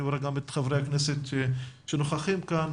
אני מברך גם את חברי הכנסת שנוכחים כאן,